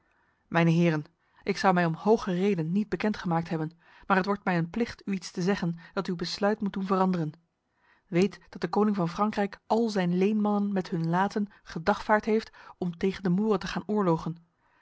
mijne heren ik zou mij om hoge reden niet bekendgemaakt hebben maar het wordt mij een plicht u iets te zeggen dat uw besluit moet doen veranderen weet dat de koning van frankrijk al zijn leenmannen met hun laten gedagvaard heeft om tegen de moren te gaan oorlogen